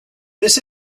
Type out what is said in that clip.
this